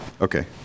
Okay